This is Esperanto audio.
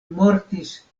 mortis